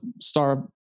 star